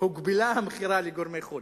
הוגבלה המכירה לגורמי חו"ל.